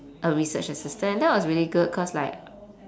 a research assistant that was really good cause like